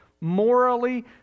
Morally